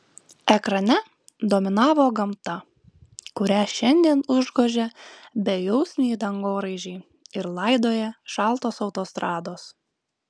ekrane dominavo gamta kurią šiandien užgožia bejausmiai dangoraižiai ir laidoja šaltos autostrados